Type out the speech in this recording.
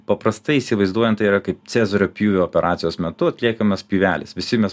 paprastai įsivaizduojant tai yra kaip cezario pjūvio operacijos metu atliekamas pjūvelis visi mes